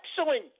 excellent